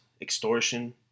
extortion